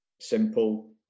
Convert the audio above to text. simple